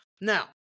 Now